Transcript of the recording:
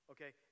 Okay